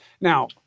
Now